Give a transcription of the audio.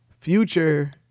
Future